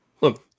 look